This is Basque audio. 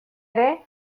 ere